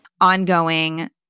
ongoing